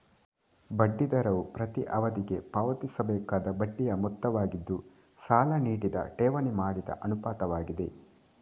ಬಡ್ಡಿ ದರವು ಪ್ರತಿ ಅವಧಿಗೆ ಪಾವತಿಸಬೇಕಾದ ಬಡ್ಡಿಯ ಮೊತ್ತವಾಗಿದ್ದು, ಸಾಲ ನೀಡಿದ ಠೇವಣಿ ಮಾಡಿದ ಅನುಪಾತವಾಗಿದೆ